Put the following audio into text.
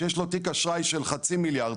שיש לו תיק אשראי של חצי מיליארד,